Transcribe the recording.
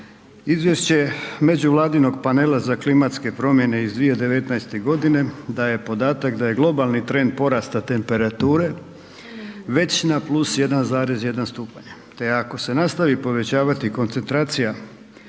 Izvješće međuvladinog panela za klimatske promjene iz 2019. godine daje podatak da je globalni trend porasta temperature već na +1,1 stupanj te ako se nastavi povećavati koncentracija